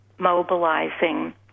mobilizing